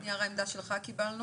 גם את נייר העמדה שלך קיבלנו.